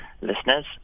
listeners